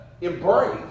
embrace